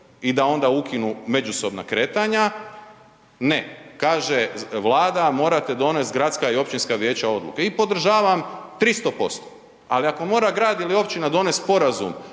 i da onda ukinu međusobna kretanja. Ne, kaže Vlada morate donest gradska i općinska vijeća odluke. I podržavam 300%, ali ako mora grad ili općina donest sporazum